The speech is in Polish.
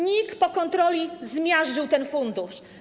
NIK po kontroli zmiażdżył ten fundusz.